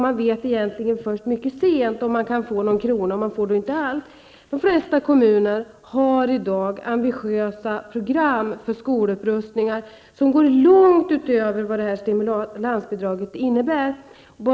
Man får veta först mycket sent om det går att få någon krona eller om man inte skall få någonting alls. De flesta kommuner har i dag ambitiösa program för skolupprustningar. Dessa program går långt utöver vad stimulansbidraget medger.